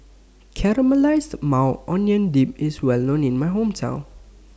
Caramelized Maui Onion Dip IS Well known in My Hometown